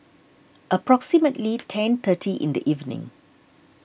approximately ten thirty in the evening